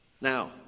Now